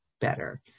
better